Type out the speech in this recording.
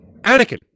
Anakin